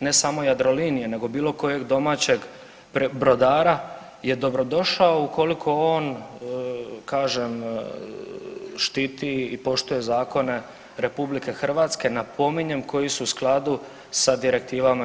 ne samo Jadrolinije, nego bilo kojeg domaćeg brodara je dobro došao ukoliko on kažem štiti i poštuje zakone RH napominjem koji su u skladu sa direktivama EU.